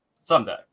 someday